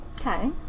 Okay